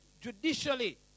judicially